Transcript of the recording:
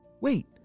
Wait